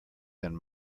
than